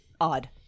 odd